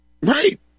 Right